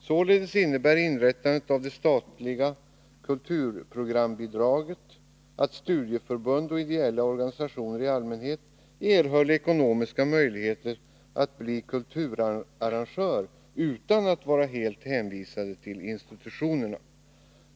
Således innebar inrättandet av det statliga kulturprogrambidraget att studieförbund och ideella organisationer i allmänhet erhöll ekonomiska möjligheter att bli kulturarrangörer utan att vara helt hänvisade till institutionerna.